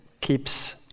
keeps